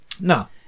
No